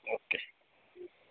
okay